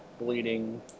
bleeding